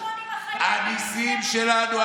הניסים שלנו,